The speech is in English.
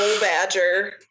badger